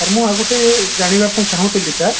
sir ମୁଁ ଆଉ ଗୁଟେ ଜାଣିବାପାଇଁ ଚାହୁଁଥିଲି ସାର୍